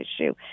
issue